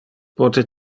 pote